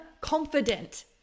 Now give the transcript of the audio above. confident